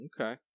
Okay